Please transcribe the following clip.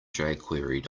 jquerycom